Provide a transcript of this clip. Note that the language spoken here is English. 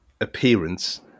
appearance